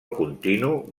continu